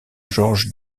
georges